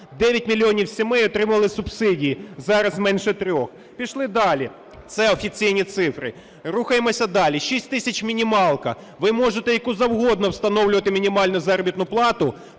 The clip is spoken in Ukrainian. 9 мільйонів сімей отримали субсидії, зараз менше 3. Пішли далі. Це офіційні цифри. Рухаємось далі. 6 тисяч – мінімалка. Ви можете яку завгодно встановлювати мінімальну заробітну плату,